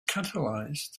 catalyzed